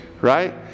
right